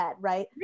right